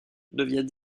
devient